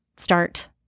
start